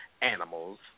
animals